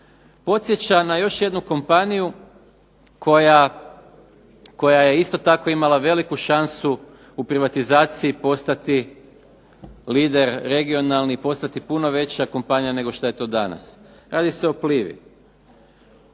podsjeća na još jednu kompaniju koja je isto tako imala veliku šansu u privatizaciji postati lider regionalni, postati puno veća kompanija nego što je to danas. Radi se o Plivi.